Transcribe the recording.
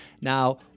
Now